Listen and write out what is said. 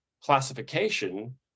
classification